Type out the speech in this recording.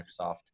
Microsoft